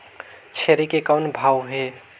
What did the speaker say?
छेरी के कौन भाव हे?